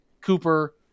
Cooper